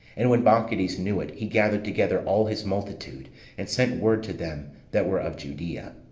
and when bacchides knew it, he gathered together all his multitude and sent word to them that were of judea.